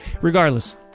Regardless